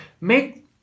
make